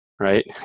right